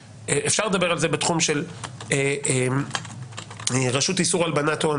אפשר לדבר על זה בתחום של רשות איסור הלבנת הון